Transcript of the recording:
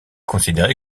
considéré